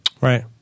Right